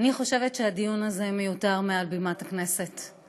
אני חושבת שהדיון הזה מעל בימת הכנסת מיותר.